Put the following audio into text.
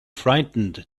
frightened